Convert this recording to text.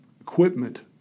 equipment